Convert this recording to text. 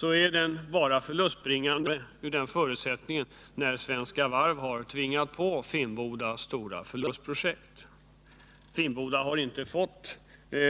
Men så har varit fallet endast iden mån Svenska Varv har tvingat på Finnboda stora förlustprojekt. Finnboda har inte fått